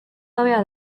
gabea